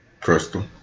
Crystal